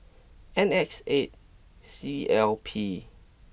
N X eight C L P